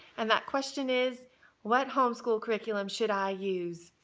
and that question is what homeschool curriculum should i use?